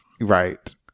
Right